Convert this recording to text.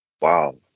Wow